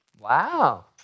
Wow